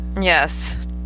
Yes